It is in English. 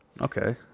Okay